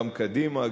גם קדימה,